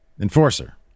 Enforcer